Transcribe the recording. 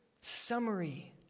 summary